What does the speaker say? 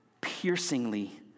piercingly